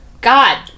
God